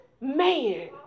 man